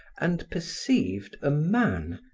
and perceived a man,